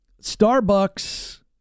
Starbucks